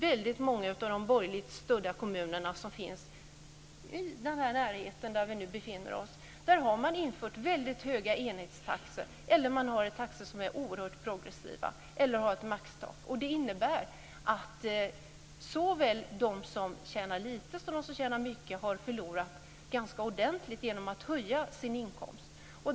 Väldigt många av de borgerligt styrda kommunerna, bl.a. här i närheten, har infört väldigt höga enhetstaxor, har taxor som är oerhört progressiva eller har ett maxtak. Det innebär att såväl de som tjänar lite som de som tjänar mycket har förlorat ganska ordentligt genom att höja sin inkomst.